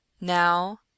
Now